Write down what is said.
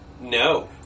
No